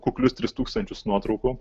kuklius tris tūkstančius nuotraukų